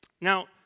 Now